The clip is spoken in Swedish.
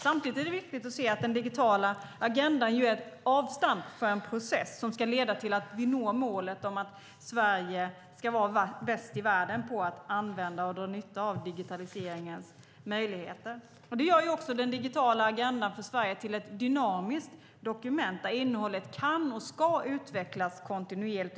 Samtidigt är det viktigt att se att den digitala agendan är ett avstamp för en process som leder till att vi når målet om att Sverige ska vara bäst i världen på att använda och dra nytta av digitaliseringens möjligheter. Det gör också den digitala agendan för Sverige till ett dynamiskt dokument där innehållet kan och ska utvecklas kontinuerligt.